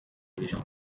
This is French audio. dirigeant